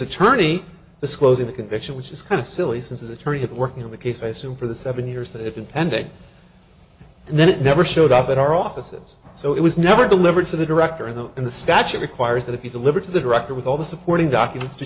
attorney disclosing the conviction which is kind of silly since his attorney had working on the case i assume for the seven years that have been pending and then it never showed up at our offices so it was never delivered to the director in the in the statute requires that it be delivered to the director with all the supporting documents to